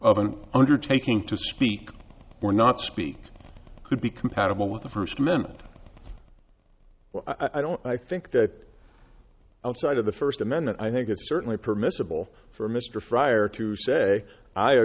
of an undertaking to speak we're not speak could be compatible with the first amendment i don't i think that outside of the first amendment i think it's certainly permissible for mr fryar to say i